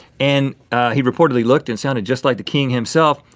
and he reportedly looked and sound just like the king himself.